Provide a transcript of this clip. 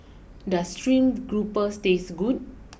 does stream grouper taste good